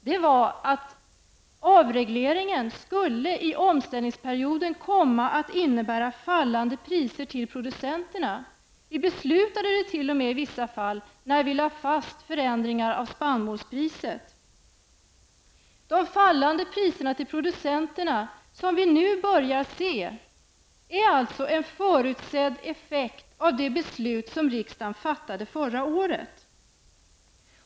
Det var att avregleringen i omställningsperioden skulle komma att innebära fallande priser för producenterna. Det beslöt vi t.o.m. i vissa fall när vi lade fast förändringarna i spannmålspriset. De fallande priserna till producenterna, som vi nu börjar se, är alltså en förutsedd effekt av de beslut som riksdagen fattade förra året.